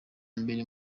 mbere